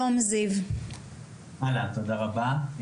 תודה רבה.